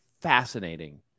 fascinating